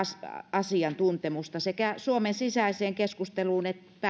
asiantuntemusta sekä suomen sisäiseen keskusteluun